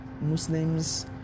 Muslims